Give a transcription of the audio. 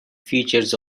features